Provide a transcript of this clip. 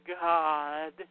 God